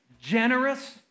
generous